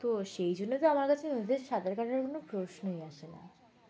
তো সেই জন্য তো আমার কাছে নদীতে সাঁতার কাটার কোনো প্রশ্নই আসে না